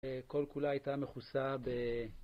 כל כולה הייתה מכוסה ב...